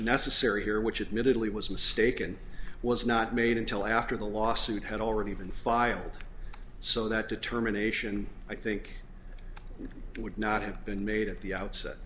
necessary here which admittedly was mistaken was not made until after the lawsuit had already been filed so that determination i think would not have been made at the outset